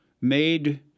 made